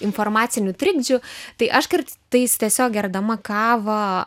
informacinių trikdžių tai aš kartais tiesiog gerdama kavą